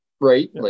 Right